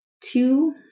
Two